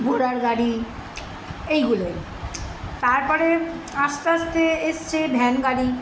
ঘোড়ার গাড়ি এইগুলোই তারপরে আস্তে আস্তে এসছে ভ্যান গাড়ি